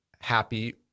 happy